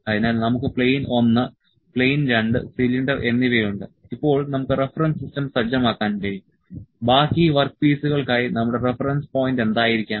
അതിനാൽ നമുക്ക് പ്ലെയിൻ ഒന്ന് പ്ലെയിൻ രണ്ട് സിലിണ്ടർ എന്നിവയുണ്ട് ഇപ്പോൾ നമുക്ക് റഫറൻസ് സിസ്റ്റം സജ്ജമാക്കാൻ കഴിയും ബാക്കി വർക്ക് പീസുകൾക്കായി നമ്മുടെ റഫറൻസ് പോയിന്റ് എന്തായിരിക്കണം